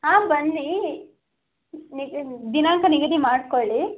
ಹಾಂ ಬನ್ನಿ ನಿಗ ದಿನಾಂಕ ನಿಗದಿ ಮಾಡ್ಕೊಳ್ಳಿ